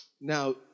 Now